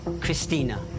Christina